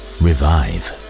revive